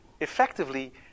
effectively